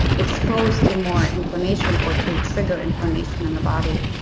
ah exposed to more inflammation or to trigger inflammation in the body.